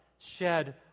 shed